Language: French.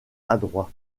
adroit